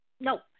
no